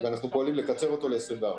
ואנחנו פועלים לקצר אותו ל-24.